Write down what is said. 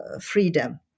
freedom